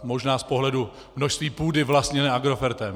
Možná z pohledu množství půdy vlastněné Agrofertem.